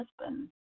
husband